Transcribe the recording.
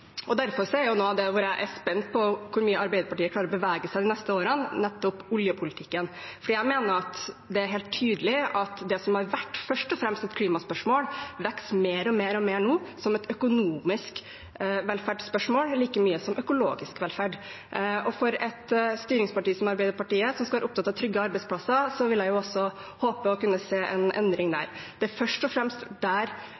oljesektoren. Derfor er noe av det jeg er spent på, hvor mye Arbeiderpartiet klarer å bevege seg de neste årene i nettopp oljepolitikken. Jeg mener det er helt tydelig at det som først og fremst har vært et klimaspørsmål, nå vokser mer og mer som et økonomisk velferdsspørsmål – like mye som økologisk velferd. For et styringsparti som Arbeiderpartiet, som skal være opptatt av trygge arbeidsplasser, håper jeg også å kunne se en endring der.